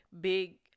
big